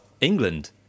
England